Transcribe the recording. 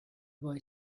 boy